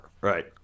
Right